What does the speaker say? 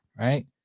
Right